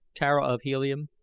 tara of helium,